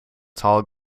tall